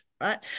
right